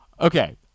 Okay